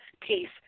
peace